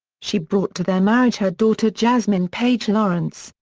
she brought to their marriage her daughter jasmin page lawrence,